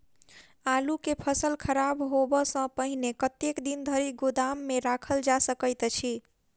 आलु केँ फसल खराब होब सऽ पहिने कतेक दिन धरि गोदाम मे राखल जा सकैत अछि?